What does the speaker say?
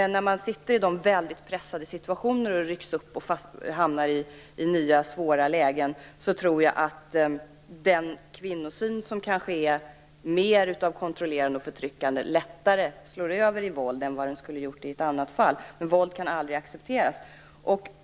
När man hamnar i väldigt pressade situationer och nya svåra lägen kan den kvinnosyn som kanske är mer kontrollerande och förtryckande lättare slår över i våld än i annat fall. Men våld kan aldrig accepteras.